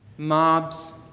mobs